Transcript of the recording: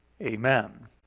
Amen